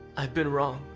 i've been wrong.